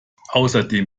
außerdem